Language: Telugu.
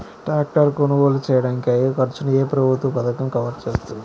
ట్రాక్టర్ కొనుగోలు చేయడానికి అయ్యే ఖర్చును ఏ ప్రభుత్వ పథకం కవర్ చేస్తుంది?